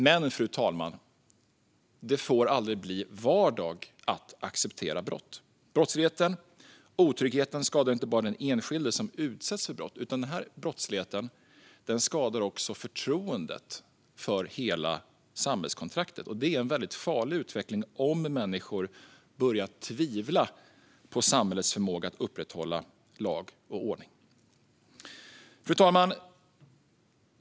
Men, fru talman, det får aldrig bli vardag att acceptera brott. Brottsligheten och otryggheten skadar inte bara de enskilda som utsätts för brott, utan brottsligheten skadar också förtroendet för hela samhällskontraktet. Det är en farlig utveckling om människor börjar tvivla på samhällets förmåga att upprätthålla lag och ordning. Fru talman!